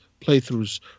playthroughs